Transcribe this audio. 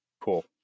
Cool